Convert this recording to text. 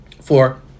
Four